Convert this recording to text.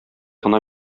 гына